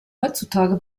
heutzutage